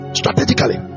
strategically